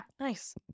nice